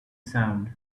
sound